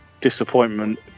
disappointment